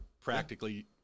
practically